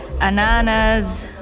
ananas